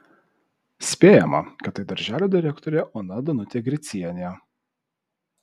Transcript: spėjama kad tai darželio direktorė ona danutė gricienė